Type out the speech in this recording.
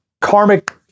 karmic